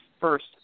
first